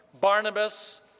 Barnabas